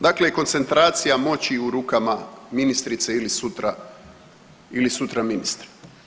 Dakle, koncentracija moći je u rukama ministrice ili sutra ili sutra ministra.